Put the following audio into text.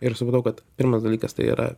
ir supratau kad pirmas dalykas tai yra